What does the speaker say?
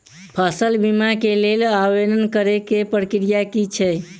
फसल बीमा केँ लेल आवेदन करै केँ प्रक्रिया की छै?